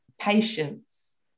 patience